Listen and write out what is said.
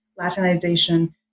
Latinization